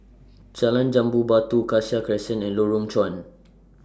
Jalan Jambu Batu Cassia Crescent and Lorong Chuan